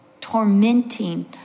tormenting